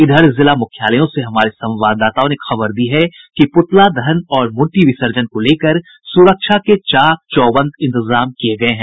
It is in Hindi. इधर जिला मुख्यालयों से हमारे संवाददाताओं ने खबर दी है कि प्रतला दहन और मूर्ति विसर्जन को लेकर सुरक्षा के चाक चौबंद इंतजाम किये गये हैं